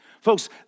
Folks